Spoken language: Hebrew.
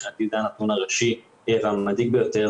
מבחינתי זה הנתון הראשי והמדאיג ביותר,